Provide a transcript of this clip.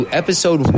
episode